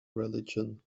religion